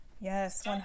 Yes